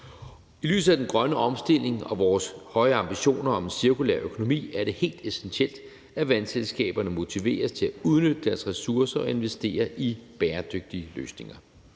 I lyset af den grønne omstilling og vores høje ambitioner om en cirkulær økonomi er det helt essentielt, at vandselskaberne motiveres til at udnytte deres ressourcer og investere i bæredygtige løsninger.